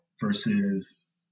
versus